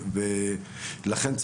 לכן,